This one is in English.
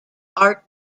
art